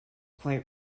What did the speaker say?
quite